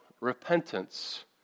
repentance